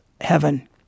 heaven